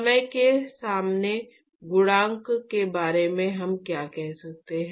समय के सामने गुणांक के बारे में हम क्या कह सकते हैं